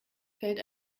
fällt